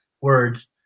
words